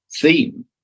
theme